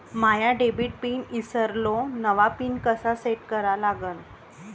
माया debit pin ईसरलो, नवा pin कसा सेट करा लागन?